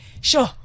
Sure